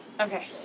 Okay